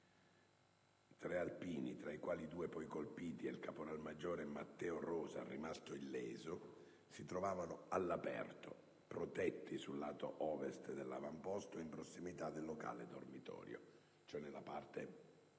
tre alpini, tra i quali i due poi colpiti e il caporalmaggiore Matteo Rosa, rimasto illeso, si trovavano all'aperto, protetti sul lato Ovest dell'avamposto, in prossimità del locale dormitorio (erano quindi nella parte protetta